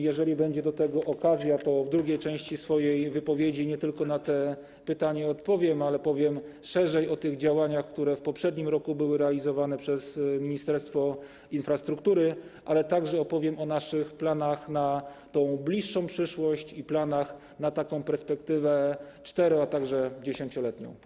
Jeżeli będzie do tego okazja, to w drugiej części swojej wypowiedzi nie tylko na te pytanie odpowiem, ale powiem szerzej o tych działaniach, które w poprzednim roku były realizowane przez Ministerstwo Infrastruktury, ale także opowiem o naszych planach na tą bliższą przyszłość i planach na taką perspektywę 4-, a także 10-letnią.